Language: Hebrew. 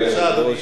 היושב-ראש,